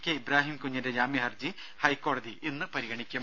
K ഇബ്രാഹിംകുഞ്ഞിന്റെ ജാമ്യഹർജി ഹൈക്കോടതി ഇന്ന് പരിഗണിക്കും